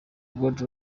good